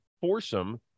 foursome